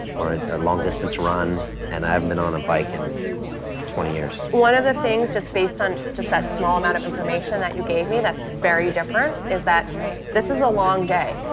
or a long distance run and i haven't been on a bike in twenty years. one of the things just based on just that small amount of information that you gave me that's very different is that this is a long day.